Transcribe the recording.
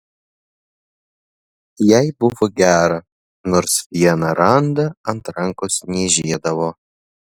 jai buvo gera nors vieną randą ant rankos niežėdavo